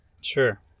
Sure